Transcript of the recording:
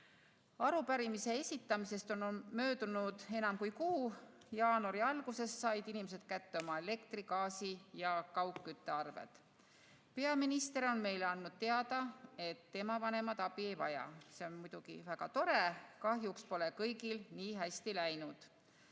Arupärimise esitamisest on möödunud enam kui kuu. Jaanuari alguses said inimesed kätte oma elektri‑, gaasi‑ ja kaugküttearved. Peaminister on meile teada andnud, et tema vanemad abi ei vaja. See on muidugi väga tore, aga kahjuks pole kõigil nii hästi läinud.